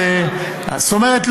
זאת אומרת,